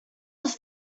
was